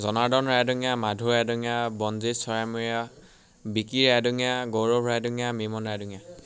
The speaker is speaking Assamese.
জনাৰ্দন ৰাইডঙীয়া মাধু ৰাইডঙীয়া বনজিত চৰাইমৰীয়া বিকি ৰাইডঙীয়া গৌৰৱ ৰাইডঙীয়া নিৰ্মল ৰাইডঙীয়া